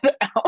out